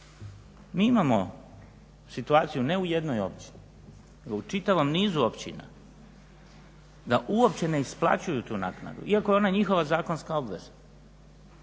Mi imamo situaciju ne u jednoj općini nego u čitavom nizu općina da uopće ne isplaćuju tu naknadu iako je ona njihova zakonska obveza